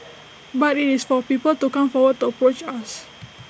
but IT is for people to come forward to approach us